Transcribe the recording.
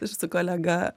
ir su kolega